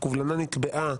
הקובלנה נקבעה